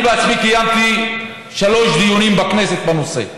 אני בעצמי קיימתי שלושה דיונים בכנסת בנושא.